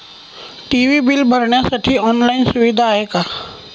TV bill भरण्यासाठी online सुविधा आहे का?